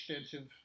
extensive